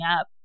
up